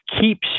keeps